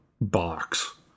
Box